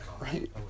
Right